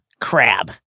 Crab